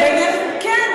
כן.